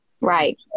Right